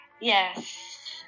Yes